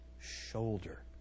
shoulder